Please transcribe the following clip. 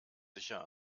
sicher